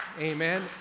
Amen